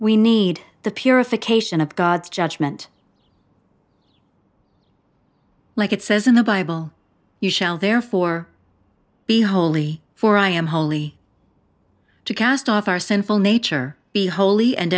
we need the purification of god's judgment like it says in the bible you shall therefore be holy for i am holy to cast off our sinful nature be holy and